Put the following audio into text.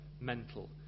mental